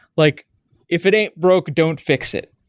like if it ain't broke, don't fix it.